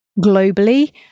globally